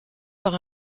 par